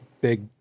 big